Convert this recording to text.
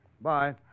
Bye